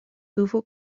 tuvo